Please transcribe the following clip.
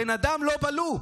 הבן אדם לא בלופ.